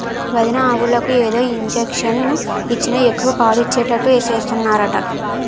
వదినా ఆవులకు ఏదో ఇంజషను ఇచ్చి ఎక్కువ పాలు ఇచ్చేటట్టు చేస్తున్నారట